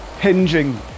hinging